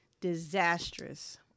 disastrous